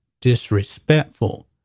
disrespectful